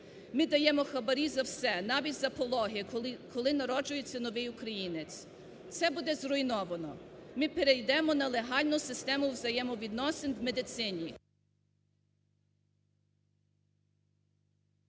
Ми даємо хабарі за все, навіть за пологи, коли народжується новий українець. Це буде зруйновано. Ми перейдемо на легальну систему взаємовідносин в медицині.